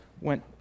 went